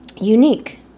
unique